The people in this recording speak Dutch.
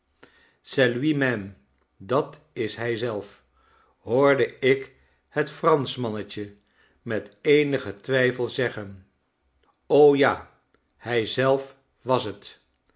c'est lui msme dat is hij zelf hoorde rk het franschmannetje met eenigen twijfel zeggen ja hij zelf was het